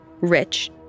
rich